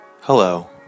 Hello